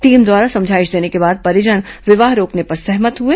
team द्वारा समझाइश देने के बाद परिजन विवाह रोकने पर सहमत हुए